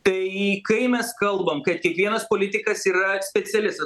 tai kai mes kalbam kad kiekvienas politikas yra specialistas